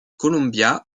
columbia